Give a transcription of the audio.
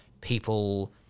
people